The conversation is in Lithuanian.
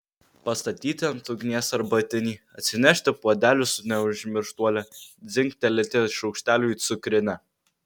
pastatyti ant ugnies arbatinį atsinešti puodelį su neužmirštuole dzingtelėti šaukšteliu į cukrinę